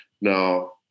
Now